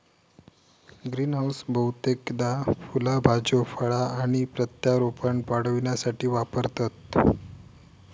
greenhouse बहुतेकदा फुला भाज्यो फळा आणि प्रत्यारोपण वाढविण्यासाठी वापरतत